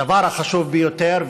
הדבר החשוב ביותר,